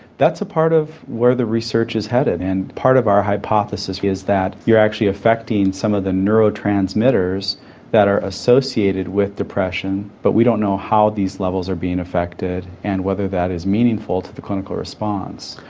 that's a part of where the research is headed and part of our hypothesis is that you are actually affecting some of the neurotransmitters that are associated with depression, but we don't know how these levels are being affected and whether that is meaningful to the clinical response.